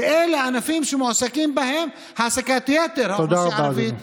ואלה הענפים שמועסקת בהם בהעסקת יתר האוכלוסייה הערבית.